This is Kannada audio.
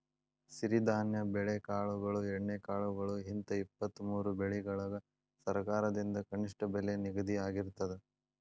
ಸಿರಿಧಾನ್ಯ ಬೆಳೆಕಾಳುಗಳು ಎಣ್ಣೆಕಾಳುಗಳು ಹಿಂತ ಇಪ್ಪತ್ತಮೂರು ಬೆಳಿಗಳಿಗ ಸರಕಾರದಿಂದ ಕನಿಷ್ಠ ಬೆಲೆ ನಿಗದಿಯಾಗಿರ್ತದ